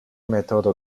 metodo